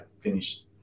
finished